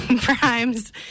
Prime's